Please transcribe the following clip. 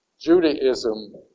Judaism